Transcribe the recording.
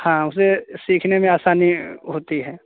हाँ उसे सीखने में आसानी होती है